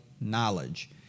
knowledge